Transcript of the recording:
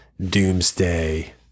doomsday